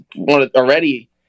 already